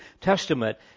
Testament